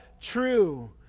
true